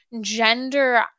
gender